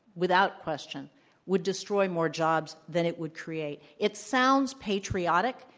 without question would destroy more jobs than it would create. it sounds patriotic.